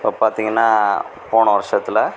இப்போது பார்த்தீங்கன்னா போன வருஷத்தில்